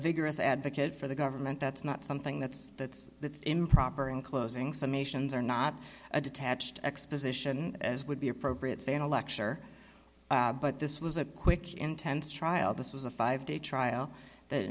vigorous advocate for the government that's not something that's that's that's improper in closing summations or not a detached exposition as would be appropriate say in a lecture but this was a quick intense trial this was a five day trial that